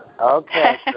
okay